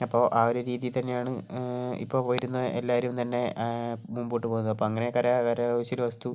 അപ്പോൾ ആ ഒരു രീതി തന്നെയാണ് ഇപ്പോൾ വരുന്ന എല്ലാവരും തന്നെ മുൻപോട്ടു പോകുന്നത് അപ്പം അങ്ങനെ കര കരകൗശലവസ്തു